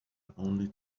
only